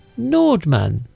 Nordman